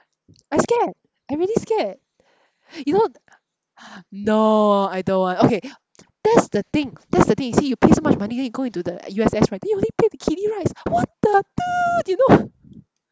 I scared I really scared you know no I don't want okay that's the thing that's the thing you see you pay so much money then you go into the U_S_S right then you only play the kiddy rides what the toot you know